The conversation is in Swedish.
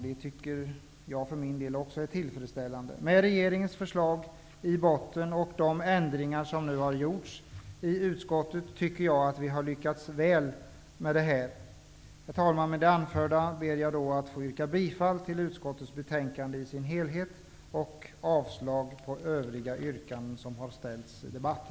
Det tycker jag för min del också är tillfredsställande. Med regeringens förslag i botten och de ändringar som nu har gjorts i utskottet har vi lyckats väl med det här. Herr talman! Med det anförda ber jag att få yrka bifall till hemställan i dess helhet i utskottets betänkande och avslag på övriga yrkanden som har ställts i debatten.